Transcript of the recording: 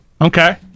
Okay